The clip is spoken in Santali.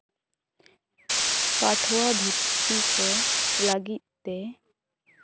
ᱯᱟᱹᱴᱷᱩᱣᱟᱹ ᱵᱷᱚᱨᱛᱤ ᱠᱚ ᱞᱟᱹᱜᱤᱫ ᱛᱮ